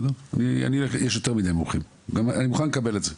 אני מוכן לקבל את זה.